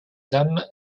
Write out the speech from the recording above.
dame